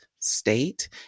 State